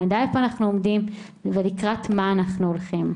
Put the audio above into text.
שנדע איפה אנחנו עומדים, ולקראת מה אנחנו הולכים.